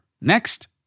Next